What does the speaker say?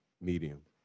medium